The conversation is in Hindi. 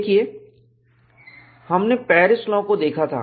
देखिए हमने पैरिस लॉ को देखा था